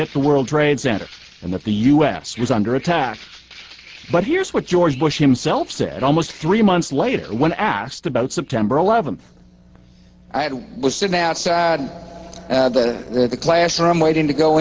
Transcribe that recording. hit the world trade center and that the u s was under attack but here's what george bush himself said almost three months later when asked about september eleventh i was sitting outside the classroom waiting to go